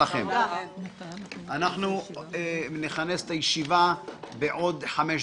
הישיבה ננעלה בשעה